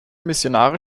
missionare